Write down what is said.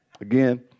Again